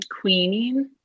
queening